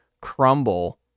crumble